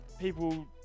people